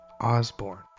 osborne